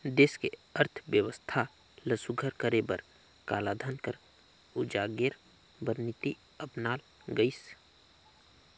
देस के अर्थबेवस्था ल सुग्घर करे बर कालाधन कर उजागेर बर नीति अपनाल गइस